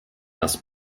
das